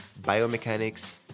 biomechanics